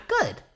good